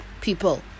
people